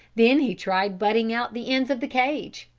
then he tried butting out the ends of the cage,